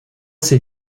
ces